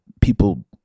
people